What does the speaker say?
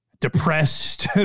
depressed